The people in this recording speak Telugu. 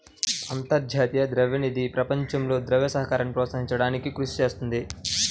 అంతర్జాతీయ ద్రవ్య నిధి ప్రపంచంలో ద్రవ్య సహకారాన్ని ప్రోత్సహించడానికి కృషి చేస్తుంది